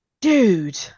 dude